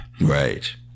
right